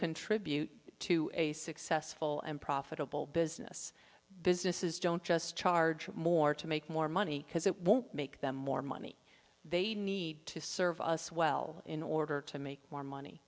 contribute to a successful and profitable business businesses don't just charge more to make more money because it won't make them more money they need to serve us well in order to make more money